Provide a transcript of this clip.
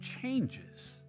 changes